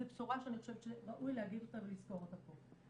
זאת בשורה שאני חושבת שראוי להגיד אותה ולזכור אותה פה.